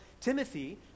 Timothy